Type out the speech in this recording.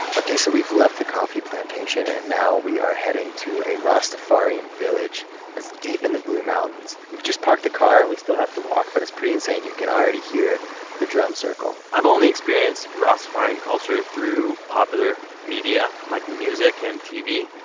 so we've left the coffee plantation, and now we are heading to a rastafarian village that's deep in the blue mountains. we've just parked the car, and we still have to walk, but it's pretty insane. you can already hear the drum circle. i've only experienced rastafarian culture through popular media, like music and tv.